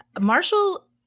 Marshall